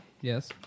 Yes